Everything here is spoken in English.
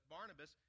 Barnabas